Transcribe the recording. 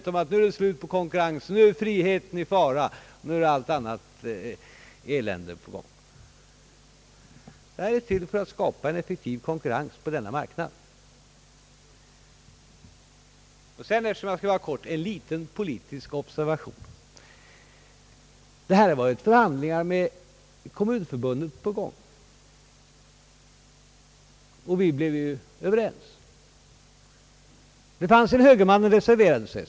Nu är, ropar man, friheten i fara, och nu är allt annat elände på gång. Förslaget har framlagts för att skapa en effektiv konkurrens på denna marknad. Sedan, eftersom jag skall vara kort, en liten politisk observation: Vi har haft förhandlingar med Kommunförbundet, och vi blev överens. Det fanns en högerman som reserverade sig.